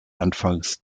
anfangs